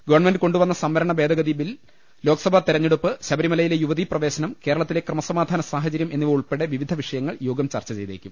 government കൊണ്ടു വന്ന സംവരണ ഭേദ ഗ തി ബിൽ ലോക്സഭാ തെരഞ്ഞെടുപ്പ് ശബരിമലയിലെ യുവതീ പ്രവേശനം കേരളത്തിലെ ക്രമസമാധാന സാഹചര്യം എന്നിവ ഉൾപ്പെടെ വിവിധ വിഷയങ്ങൾ യോഗം ചർച്ച ചെയ്തേക്കും